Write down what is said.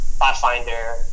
pathfinder